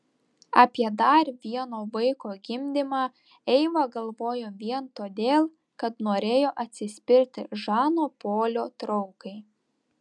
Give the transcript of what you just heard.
apie dar vieno vaiko gimdymą eiva galvojo vien todėl kad norėjo atsispirti žano polio traukai